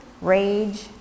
rage